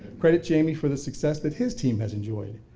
credit jamie for the success that his team has enjoyed.